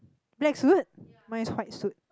black suit mine's white suit